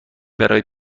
برای